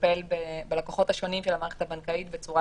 לטפל בלקוחות השונים של המערכת הבנקאית בצורה